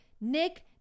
Nick